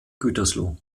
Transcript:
gütersloh